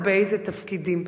ובאיזה תפקידים?